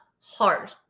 hard